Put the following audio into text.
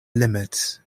limits